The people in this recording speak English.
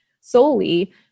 solely